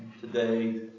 today